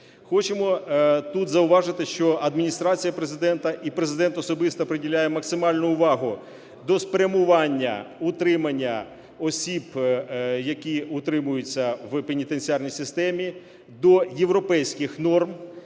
Хочемо тут зауважити, що Адміністрація Президента і Президент особисто приділяє максимальну увагу до спрямування утримання осіб, які утримуються в пенітенціарній системі, до європейських норм,